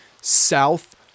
south